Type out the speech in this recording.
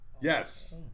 Yes